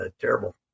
terrible